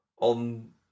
on